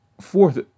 fourth